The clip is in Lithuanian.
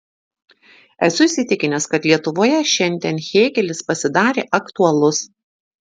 esu įsitikinęs kad lietuvoje šiandien hėgelis pasidarė aktualus